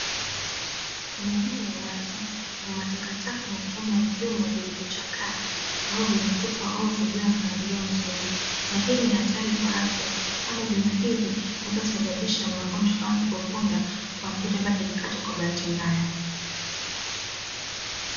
Kwenye eneo la uwazi kuna matakataka yenye vyuma vilivyochakaa, ambavyo vimetupwa ovyo bila mpangilio mzuri. Na hii ni hatari kwa afya kwani nyuma hivi, huweza kusababisha magonjwa kama pepo punda kwa mtu yoyote ambae atajikata kwa bahati mbaya.